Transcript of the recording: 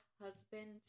husband